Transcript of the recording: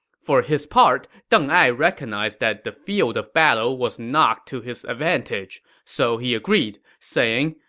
for his part, deng ai recognized that the field of battle was not to his advantage, so he agreed, saying,